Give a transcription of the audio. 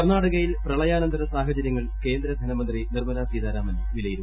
കർണാടകയിൽ പ്രപള്യാനന്തര സാഹചര്യങ്ങൾകേന്ദ്ര ധനകാരൃമന്ത്രി നിർമ്മലാ സീതാരാമൻ വിലയിരുത്തി